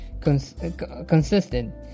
Consistent